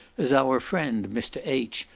as our friend mr. h,